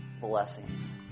blessings